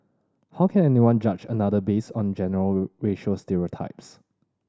how can anyone judge another based on general racial stereotypes